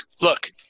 Look